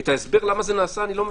את ההסבר למה זה נעשה אני לא מבין.